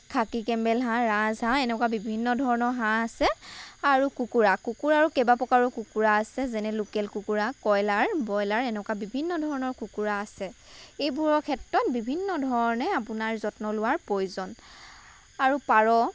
খাকী Campbell হাঁহ ৰাজহাঁহ এনেকুৱা বিভিন্ন ধৰণৰ হাঁহ আছে আৰু কুকুৰা কুকুৰাও কেইবা প্ৰকাৰৰ আছে যেনে লোকেল কুকুৰা কইলাৰ ব্ৰইলাৰ এনেকা বিভিন্ন ধৰণৰ কুকুৰা আছে এইবোৰৰ ক্ষেত্ৰত বিভিন্ন ধৰণে আপোনাৰ যত্ন লোৱাৰ প্ৰয়োজন আৰু পাৰ